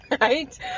Right